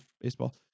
baseball